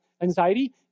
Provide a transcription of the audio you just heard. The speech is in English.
anxiety